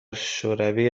شوری